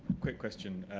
quick question.